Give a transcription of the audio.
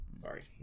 Sorry